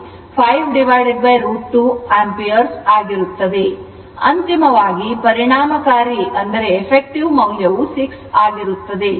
ಆದ್ದರಿಂದ ಅಂತಿಮವಾಗಿ ಪರಿಣಾಮಕಾರಿ ಮೌಲ್ಯವು 6 ಆಗಿರುತ್ತದೆ